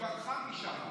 שברחה משם.